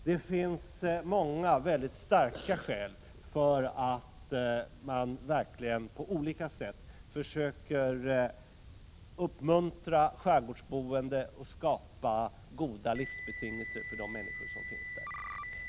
Det finns många starka skäl för att man på olika sätt försöker uppmuntra skärgårdsboende och skapa goda livsbetingelser för de människor som finns i skärgården.